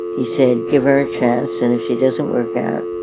he said, give her a chance. and if she doesn't work out,